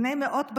בני מאות שנים.